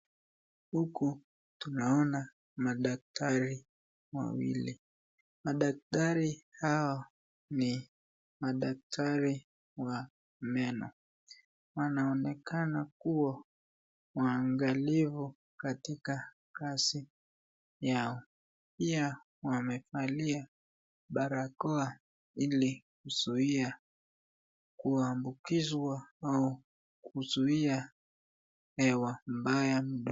Huku tunaona madaktari mawili. Madaktari hawa ni madaktari wa meno. Wanaonekana kuwa waagalifu katika kazi yao pia wamevalia barakoa ili kuzuia kuambukizwa au kuzuia hewa mbaya.